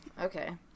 Okay